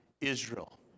Israel